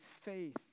faith